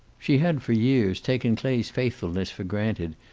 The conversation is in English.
she had, for years, taken clay's faithfulness for granted,